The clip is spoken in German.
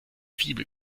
fibel